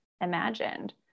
imagined